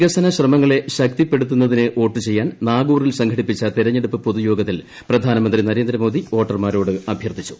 വികസന ശ്രമങ്ങളെ ശക്തിപ്പെടുത്തുന്നതിന് വോട്ട് ചെയ്യാൻ നാഗൂറിൽ സംഘടിപ്പിച്ച തിരഞ്ഞെടുപ്പ് പൊതുയോഗത്തിൽ പ്രധാനമന്ത്രി നരേന്ദ്ര മോദി വോട്ടർമാരോട് അഭ്യർത്ഥിച്ചു